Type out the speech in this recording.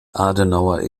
adenauer